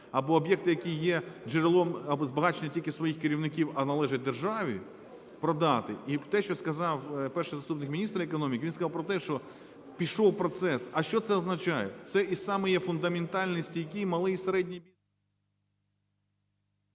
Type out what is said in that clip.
або об'єкти, які є джерелом збагачення тільки своїх керівників, а належать державі, продати. І те, що сказав перший заступник міністра економіки, він сказав про те, що пішов процес. А що це означає? Це і самий є фундаментальний і стійкий малий і середній бізнес.